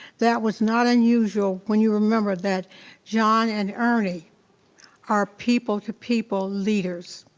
that was not unusual, when you remembered that john and ernie are people to people leaders.